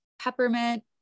peppermint